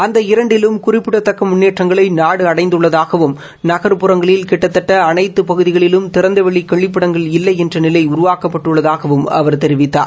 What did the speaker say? அந்த இரண்டிலும் குறிப்பிடத்தக்க முன்னேற்றங்களை நாடு அடைந்துள்ளதாகவும் நகர்ப்புறங்களில் கிட்டத்தட்ட அனைத்துப் பகுதிகளிலும் திறந்த வெளிக் கழிப்பிடங்கள் இல்லை என்ற நிலை உருவாக்கப்பட்டுள்ளதாகவும் அவர் தெரிவித்தார்